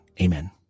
Amen